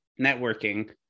networking